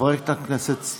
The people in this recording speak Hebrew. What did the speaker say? חברת הכנסת אשר, שב, בבקשה.